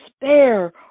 despair